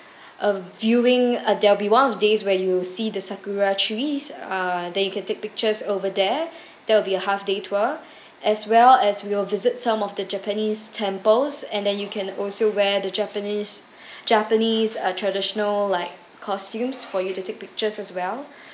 a viewing uh there'll be one of the days where you see the sakura trees uh then you can take pictures over there that will be a half day tour as well as we'll visit some of the japanese temples and then you can also wear the japanese japanese uh traditional like costumes for you to take pictures as well